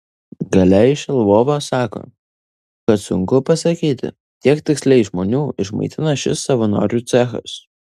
galia iš lvovo sako kad sunku pasakyti kiek tiksliai žmonių išmaitina šis savanorių cechas